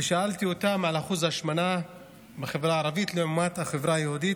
ושאלתי אותם על אחוז ההשמנה בחברה הערבית לעומת החברה היהודית,